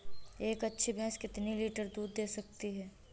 एक अच्छी भैंस कितनी लीटर दूध दे सकती है?